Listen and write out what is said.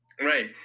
Right